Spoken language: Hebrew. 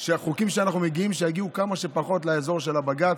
שהחוקים שאנחנו מביאים יגיעו כמה שפחות לאזור בג"ץ,